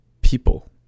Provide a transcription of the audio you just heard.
people